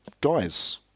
guys